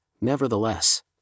nevertheless